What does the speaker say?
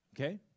okay